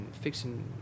fixing